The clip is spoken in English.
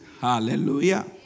Hallelujah